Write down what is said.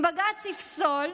אם בג"ץ יפסול,